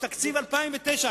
תקציב 2009,